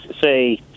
say